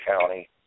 County